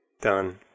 done